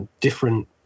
different